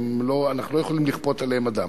אנחנו לא יכולים לכפות עליהם אדם.